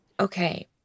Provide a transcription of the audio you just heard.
Okay